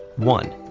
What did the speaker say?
one,